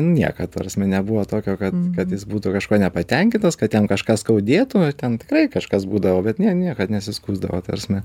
niekad ta prasme nebuvo tokio kad kad jis būtų kažkuo nepatenkintas kad jam kažką skaudėtų ten tikrai kažkas būdavo bet ne niekad nesiskųsdavo ta prasme